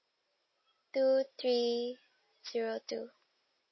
two three zero two